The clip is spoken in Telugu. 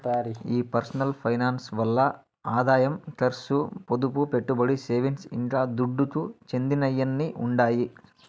ఈ పర్సనల్ ఫైనాన్స్ ల్ల ఆదాయం కర్సు, పొదుపు, పెట్టుబడి, సేవింగ్స్, ఇంకా దుడ్డుకు చెందినయ్యన్నీ ఉండాయి